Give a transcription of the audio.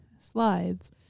slides